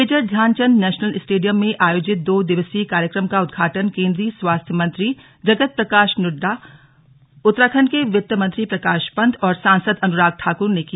major Dhyanchand national stadium में आयोजित दो दिवसीय कार्यक्रम का उद्घाटन केन्द्रीय स्वास्थ्य मंत्री जगत प्रकाश नड्डा उत्तराखण्ड के वित्त मंत्री प्रकाश पंत और सांसद अनुराग ठाकुर ने किया